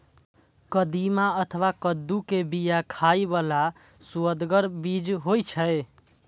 कदीमा अथवा कद्दू के बिया खाइ बला सुअदगर बीज होइ छै